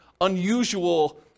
unusual